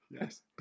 Yes